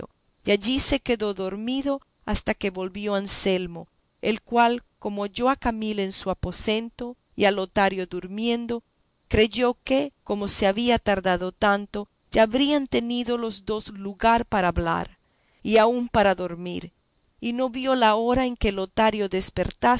y allí se quedó dormido hasta que volvió anselmo el cual como halló a camila en su aposento y a lotario durmiendo creyó que como se había tardado tanto ya habrían tenido los dos lugar para hablar y aun para dormir y no vio la hora en que lotario despertase